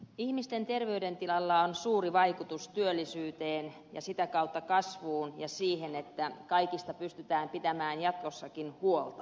ihmisten terveydentilalla on suuri vaikutus työllisyyteen ja sitä kautta kasvuun ja siihen että kaikista pystytään pitämään jatkossakin huolta